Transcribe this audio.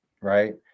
right